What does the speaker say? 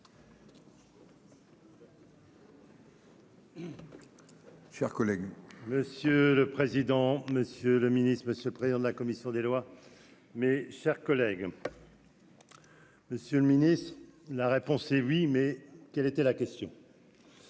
Monsieur le Ministre, Monsieur le président de la commission des lois, mais chers collègues. Monsieur le Ministre, la réponse est oui, mais quelle était la question.